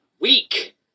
weak